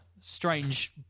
strange